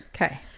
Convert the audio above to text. Okay